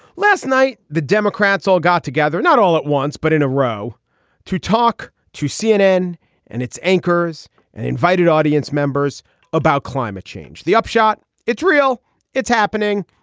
last night the democrats all got together not all at once but in a row to talk to cnn and its anchors an invited audience members about climate change. the upshot it's real it's happening.